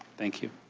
thank you.